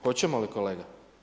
Hoćemo li kolega?